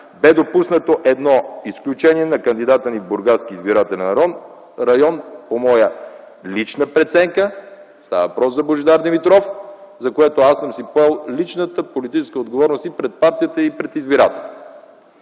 Бе допуснато едно изключение на кандидата ни в Бургаски избирателен район по моя лична преценка, става въпрос за Божидар Димитров, за което аз съм си поел личната политическа отговорност и пред партията, и пред избирателите.